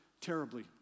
terribly